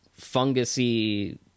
fungusy